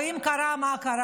ואם קרה, מה קרה?